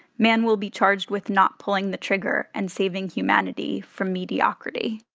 man will be charged with not pulling the trigger and saving humanity from mediocrity.